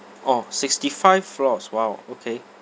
orh sixty five floors !wow! okay